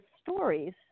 stories